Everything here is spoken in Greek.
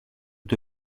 του